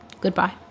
Goodbye